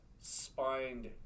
spined